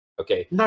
Okay